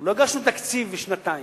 לא הגשנו תקציב לשנתיים.